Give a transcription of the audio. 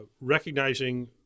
recognizing